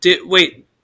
Wait